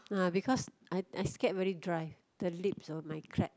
uh because I I scared very dry the lips or might crack